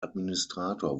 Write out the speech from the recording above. administrator